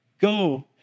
go